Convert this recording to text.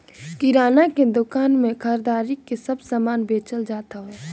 किराणा के दूकान में घरदारी के सब समान बेचल जात हवे